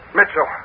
Mitchell